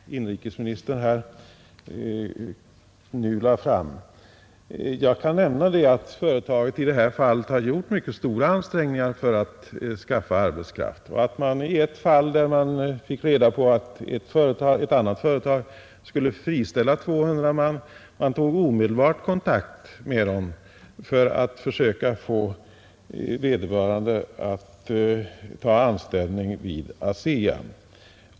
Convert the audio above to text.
Fru talman! Jag tackar för de ytterligare synpunkter som inrikesministern nu lade fram. Jag kan nämna att företaget i detta fall har gjort mycket stora ansträngningar för att skaffa arbetskraft. I ett fall, där man fick reda på att ett annat företag skulle friställa 200 man, tog man omedelbart kontakt med detta företag för att försöka få vederbörande att ta anställning vid ASEA.